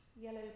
Yellow